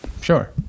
Sure